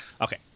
Okay